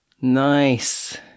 Nice